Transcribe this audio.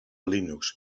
linux